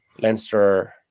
Leinster